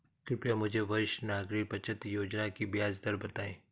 कृपया मुझे वरिष्ठ नागरिक बचत योजना की ब्याज दर बताएं?